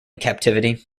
captivity